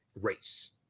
race